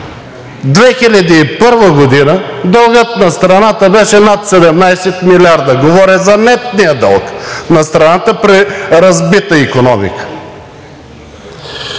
2001 г. дългът на страната беше над 17 милиарда, говоря за нетния дълг на страната при разбита икономика.